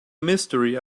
mystery